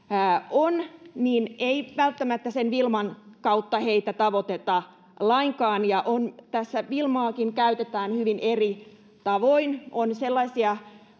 ovat ei välttämättä wilman kautta tavoiteta lainkaan ja tässä wilmaakin käytetään hyvin eri tavoin on sellaisia